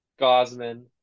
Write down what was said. Gosman